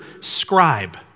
scribe